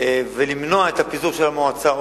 ולמנוע את הפיזור של המועצה,